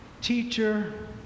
Teacher